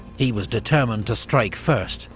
he was determined to strike first,